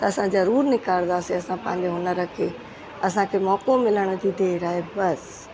त असां ज़रूरु निख़ारदासीं असां पंहिंजे हुनर खे असांखे मौक़ो मिलण जी देर आहे बसि